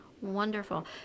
Wonderful